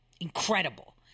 incredible